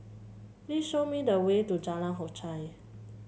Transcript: please show me the way to Jalan Hock Chye